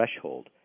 threshold